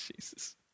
Jesus